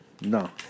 No